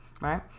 right